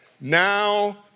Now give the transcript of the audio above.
Now